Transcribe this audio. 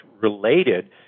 related